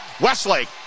Westlake